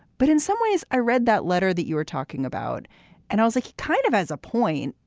but in some ways, i read that letter that you were talking about and also kind of as a point,